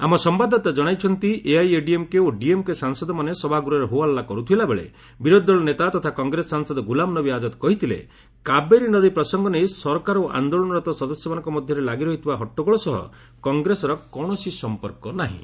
ଆମ ସମ୍ଭାଦଦାତା ଜଣାଇଛନ୍ତି ଏଆଇଏଡିଏମ୍କେ ଓ ଡିଏମ୍କେ ସାଂସଦମାନେ ସଭାଗୃହରେ ହୋହଲ୍ଲା କରୁଥିଲାବେଳେ ବିରୋଧୀଦଳ ନେତା ତଥା କଂଗ୍ରେସ ସାଂସଦ ଗୁଲାମ ନବୀ ଆଜ୍ଜାଦ କହିଥିଲେ କାବେରୀ ନଦୀ ପ୍ରସଙ୍ଗ ନେଇ ସରକାର ଓ ଆନ୍ଦୋଳନରତ ସଦସ୍ୟମାନଙ୍କ ମଧ୍ୟରେ ଲାଗି ରହିଥିବା ହଟ୍ଟଗୋଳ ସହ କଂଗ୍ରେସର କୌଣସି ସଂପର୍କ ନାହିଁ